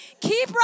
Keep